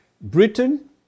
Britain